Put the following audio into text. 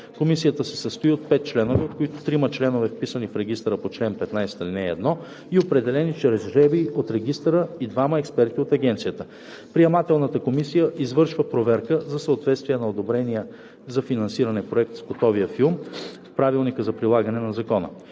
Комисията се състои от 5 членове, от които трима членове, вписани в регистъра по чл. 15, ал. 1 и определени чрез жребий от регистъра и двама експерти от агенцията. (2) Приемателната комисия извършва проверка за съответствие на одобрения за финансиране проект с готовия филм, съответно сериал. Проверката